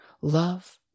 love